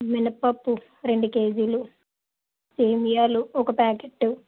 మినపప్పు రెండు కేజీలు సేమియాలు ఒక ప్యాకెటు